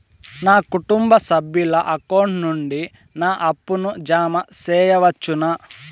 నా కుటుంబ సభ్యుల అకౌంట్ నుండి నా అప్పును జామ సెయవచ్చునా?